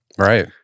Right